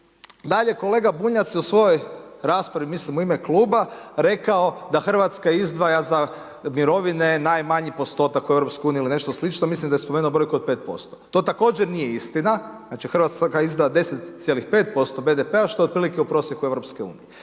Dalje kolega Bunjac u svojoj raspravi, mislim u ime kluba, rekao da Hrvatska izdvaja za mirovine najmanji postotak u EU ili nešto slično, mislim da je spomenuo brojku od 5%. To također nije istina, znači Hrvatska izdvaja 10,5% BDP-a što je otprilike u prosjeku EU.